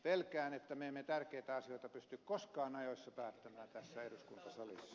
pelkään että me emme tärkeitä asioita pysty koskaan ajoissa päättämään tässä eduskuntasalissa